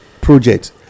project